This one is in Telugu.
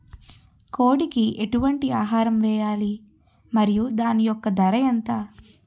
కోడి కి ఎటువంటి ఆహారం వేయాలి? మరియు దాని యెక్క ధర ఎంత?